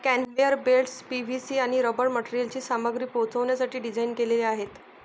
conveyor belts PVC आणि rubber मटेरियलची सामग्री पोहोचवण्यासाठी डिझाइन केलेले आहेत